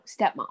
stepmom